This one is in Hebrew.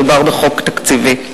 מדובר בחוק תקציבי.